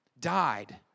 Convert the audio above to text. died